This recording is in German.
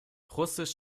russisch